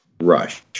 rush